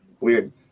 Weird